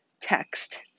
text